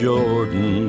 Jordan